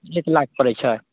एक लाख पड़ै छै